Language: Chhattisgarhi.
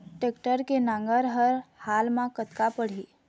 टेक्टर के नांगर हर हाल मा कतका पड़िही?